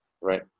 right